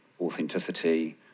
authenticity